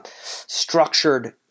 structured